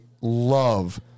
love